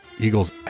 Eagles